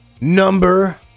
number